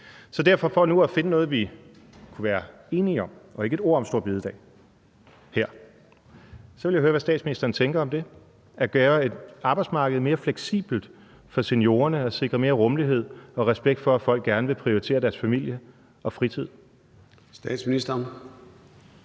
Så for nu at finde noget, vi kunne være enige om – og ikke et ord om store bededag her – så vil jeg høre, hvad statsministeren tænker om det, altså at gøre arbejdsmarkedet mere fleksibelt for seniorerne og sikre mere rummelighed og respekt for, at folk gerne vil prioritere deres familie og fritid. Kl.